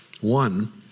one